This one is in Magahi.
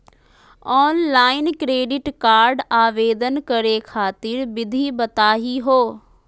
ऑनलाइन क्रेडिट कार्ड आवेदन करे खातिर विधि बताही हो?